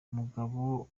mugabo